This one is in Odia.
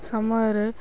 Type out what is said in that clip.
ସମୟରେ